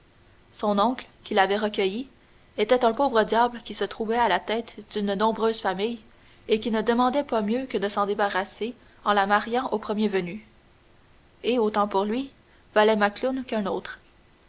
son oncle qui l'avait recueillie était un pauvre diable qui se trouvait à la tête d'une nombreuse famille et qui ne demandait pas mieux que de s'en débarrasser en la mariant au premier venu et autant pour lui valait macloune qu'un autre